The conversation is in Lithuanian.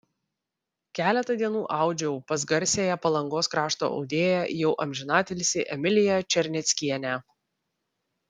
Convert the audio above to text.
keletą dienų audžiau pas garsiąją palangos krašto audėją jau amžinatilsį emiliją černeckienę